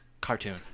cartoon